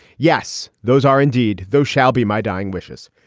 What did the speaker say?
yes, those are indeed. those shall be my dying wishes.